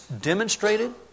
demonstrated